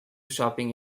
shopping